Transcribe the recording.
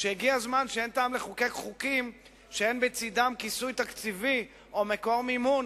כבר שאין טעם לחוקק חוקים שאין בצדם כיסוי תקציבי או מיקור מימון,